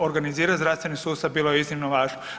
Organizirati zdravstveni sustav bilo je iznimno važno.